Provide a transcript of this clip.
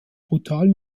brutalen